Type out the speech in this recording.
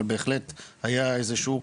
אבל בהחלט היה איזה שהוא,